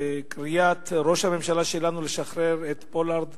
לקריאת ראש הממשלה שלנו לשחרר את פולארד